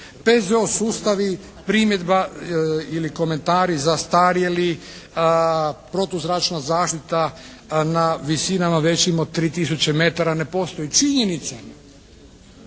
PZO sustavi primjedba ili komentari zastarjeli, protuzračna zaštita na visinama većim od 3 tisuće metara ne postoji. Činjenica.